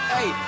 Hey